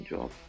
Job